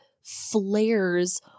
flares